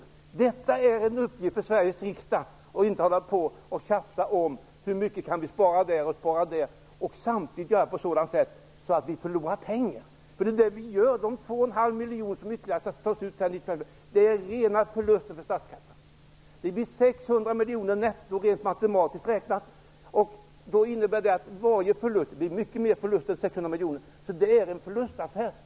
Detta är uppgiften för Sveriges riksdag -- inte att tjafsa om hur mycket vi kan spara här och där, samtidigt som vi handlar på ett sådant sätt att vi förlorar pengar. Det är ju vad vi gör: T.ex. är de ytterligare 2,5 miljoner som nu tas ut rena förlusten för statskassan. Det innebär 600 miljoner netto, matematiskt räknat. Men förlusten blir ännu större än 600 miljoner. Verkligheten är alltså att detta är en förlustaffär.